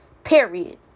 Period